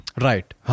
right